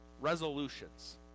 resolutions